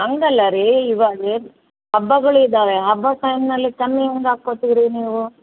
ಹಂಗಲ್ಲ ರೀ ಇವಾಗ ಹಬ್ಬಗುಳ್ ಇದ್ದಾವೆ ಹಬ್ಬ ಟೈಮ್ನಲ್ಲಿ ಕಮ್ಮಿ ಹೆಂಗ್ ಹಾಕಿ ಕೊಟ್ಟಿರಿ ನೀವು